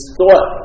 thought